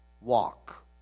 walk